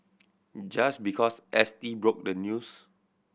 just because S T broke the news